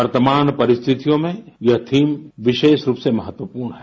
वर्तमान परिस्थितियों में यह थीम विशेष रूप से महत्वपूर्ण है